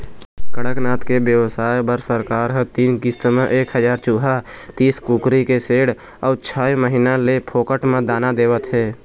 कड़कनाथ के बेवसाय बर सरकार ह तीन किस्त म एक हजार चूजा, तीस कुकरी के सेड अउ छय महीना ले फोकट म दाना देवत हे